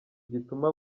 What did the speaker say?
gituma